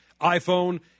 iPhone